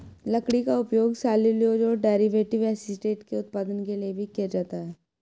लकड़ी का उपयोग सेल्यूलोज और डेरिवेटिव एसीटेट के उत्पादन के लिए भी किया जाता है